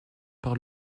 par